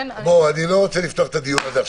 אני לא רוצה לפתוח את הדיון הזה עכשיו.